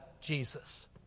Jesus